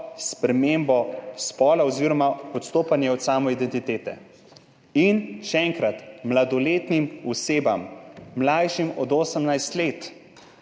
spremembo spola oziroma odstopanje od samoidentitete, še enkrat, mladoletnim osebam, mlajšim od 18 let.